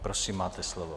Prosím, máte slovo.